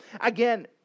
Again